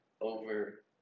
over